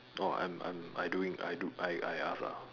orh I'm I'm I doing I do I I ask ah